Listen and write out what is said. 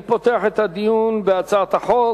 אני פותח את הדיון בהצעת החוק.